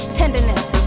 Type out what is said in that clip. tenderness